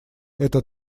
это